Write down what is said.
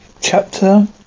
Chapter